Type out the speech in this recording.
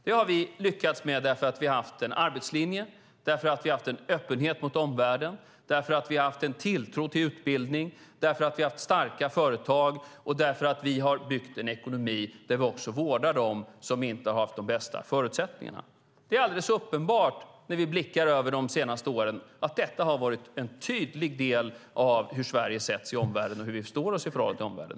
Det har vi lyckats med därför att vi har haft en arbetslinje, därför att vi har haft en öppenhet mot omvärlden, därför att vi har haft en tilltro till utbildning, därför att vi har haft starka företag och därför att vi har byggt en ekonomi där vi också värnar om dem som inte har haft de bästa förutsättningarna. Det är alldeles uppenbart när vi blickar över de senaste åren att detta har varit en tydlig del av den bild man har haft av Sverige i omvärlden och hur vi står oss i förhållande till omvärlden.